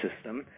system